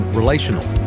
relational